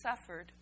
suffered